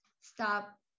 stop